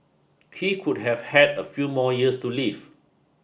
he could have had a few more years to live